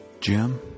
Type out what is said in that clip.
Jim